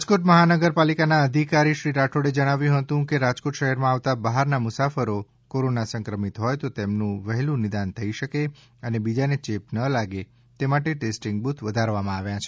રાજકોટ મહાનગરપાલિકાના અધિકારી શ્રી રાઠોડે જણાવ્યું હતું કે રાજકોટ શહેરમાં આવતા બહારના મુસાફરો કોરોના સંક્રમિત હોય તો તેમનું વહેલું નિદાન થઇ શકે અને બીજાને ચેપ ન લાગે તે માટે ટેસ્ટિંગ બુથ વધારવામાં આવ્યા છે